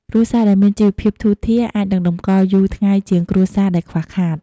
គ្រួសារដែលមានជីវភាពធូរធារ អាចនឹងតម្កល់យូរថ្ងៃជាងគ្រួសារដែលខ្វះខាត។